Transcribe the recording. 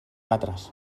altres